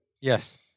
Yes